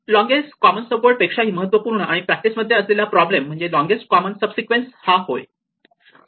longest common sub word पेक्षाही महत्त्वपूर्ण आणि प्रॅक्टिस मध्ये असलेला प्रॉब्लेम म्हणजे लोंगेस्ट कॉमन सब सिक्वेन्स हा होय